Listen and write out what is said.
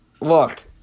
Look